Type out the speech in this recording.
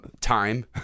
Time